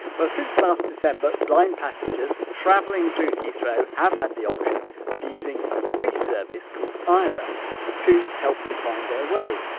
well since last december, blind passengers travelling through heathrow have had the option of using a free service called aira to help them find their way.